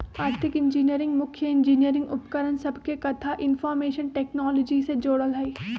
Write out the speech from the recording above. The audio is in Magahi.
आर्थिक इंजीनियरिंग मुख्य इंजीनियरिंग उपकरण सभके कथा इनफार्मेशन टेक्नोलॉजी से जोड़ल हइ